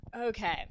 Okay